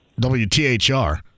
WTHR